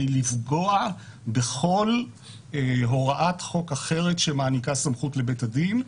לפגוע בכל הוראת חוק אחרת שמעניקה סמכות לבית הדין,